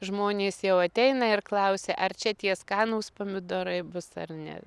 žmonės jau ateina ir klausia ar čia tie skanūs pomidorai bus ar ne